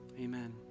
Amen